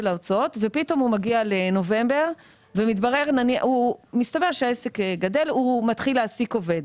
ההוצאות ופתאום הוא מגיע לנובמבר ומסתבר שהעסק גדל והוא מתחיל להעסיק עובד.